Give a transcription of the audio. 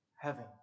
heaven